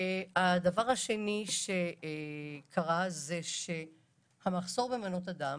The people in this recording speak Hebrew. דבר שני שקרה זה שהמחסור במנות הדם